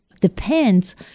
depends